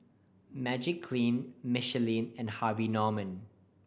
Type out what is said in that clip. Magiclean Michelin and Harvey Norman